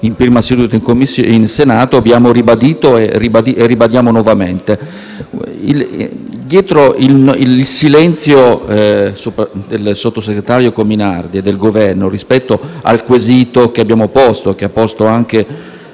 in Senato, abbiamo ribadito e ribadiamo nuovamente. Davanti al silenzio del sottosegretario Cominardi e del Governo rispetto al quesito che abbiamo posto e che ha posto anche